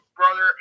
brother